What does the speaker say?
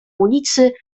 ulicy